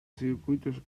circuitos